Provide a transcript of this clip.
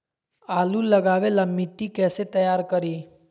आलु लगावे ला मिट्टी कैसे तैयार करी?